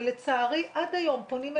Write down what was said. ולצערי עד היום פונים אלינו,